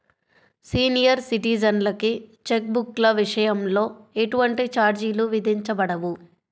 senior సిటిజన్లకి cheque బుక్ల విషయంలో ఎటువంటి ఛార్జీలు విధించబడవు